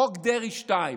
חוק דרעי 2,